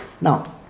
Now